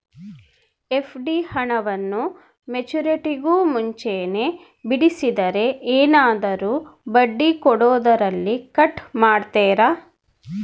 FD ಹಣವನ್ನು ಮೆಚ್ಯೂರಿಟಿಗೂ ಮುಂಚೆನೇ ಬಿಡಿಸಿದರೆ ಏನಾದರೂ ಬಡ್ಡಿ ಕೊಡೋದರಲ್ಲಿ ಕಟ್ ಮಾಡ್ತೇರಾ?